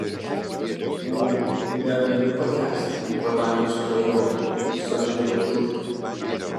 ū negaliu pakęsti tų padangių skrajotojų saldžialiežuvių